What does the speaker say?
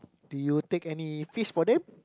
did you take any fits protein